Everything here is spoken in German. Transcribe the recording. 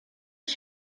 ich